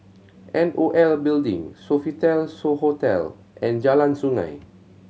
N O L Building Sofitel So Hotel and Jalan Sungei